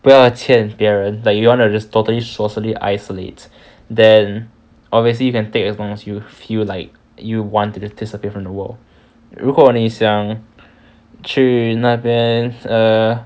不要欠别人 like you wanna just totally solely isolate then obviously you can take as long as you feel like you wanted to disappear from the world 如果你想去那边 err